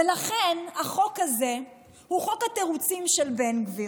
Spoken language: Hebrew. ולכן החוק הזה הוא חוק התירוצים של בן גביר.